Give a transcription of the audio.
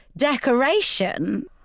Decoration